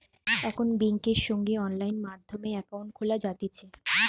এখন বেংকে সঙ্গে সঙ্গে অনলাইন মাধ্যমে একাউন্ট খোলা যাতিছে